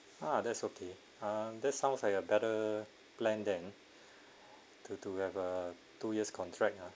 ah that's okay ah that's sounds like a better plan then to to have a two years contract ah